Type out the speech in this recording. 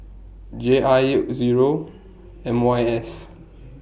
J I Zero M Y S